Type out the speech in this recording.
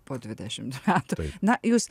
po dvidešimt metų na jūs